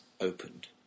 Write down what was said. opened